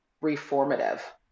reformative